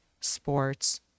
sports